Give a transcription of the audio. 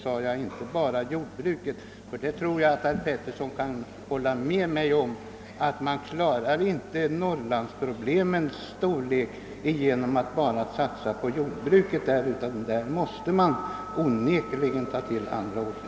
Jag nämnde inte bara jordbruket, ty herr Petersson måste nog hålla med mig om att man inte löser Norrlands problem enbart genom en satsning på dess jordbruk. Där måste onekligen andra åtgärder till.